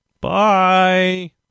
bye